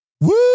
Woo